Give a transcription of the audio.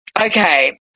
okay